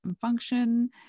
function